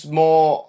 more